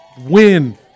Win